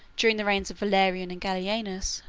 during the reigns of valerian and gallienus,